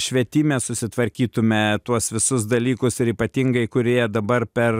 švietime susitvarkytume tuos visus dalykus ir ypatingai kurie dabar per